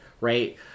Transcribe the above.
right